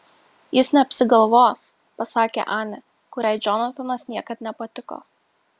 jis neapsigalvos pasakė anė kuriai džonatanas niekad nepatiko